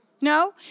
No